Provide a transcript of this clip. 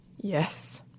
Yes